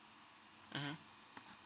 mmhmm